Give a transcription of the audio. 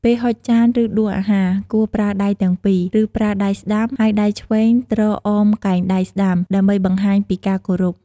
ពេលហុចចាន ឬដួសអាហារ គួរប្រើដៃទាំងពីរ ឬប្រើដៃស្តាំហើយដៃឆ្វេងទ្រអមកែងដៃស្តាំ ដើម្បីបង្ហាញពីការគោរព។